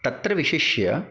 तत्र विशिष्य